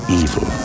evil